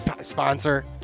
sponsor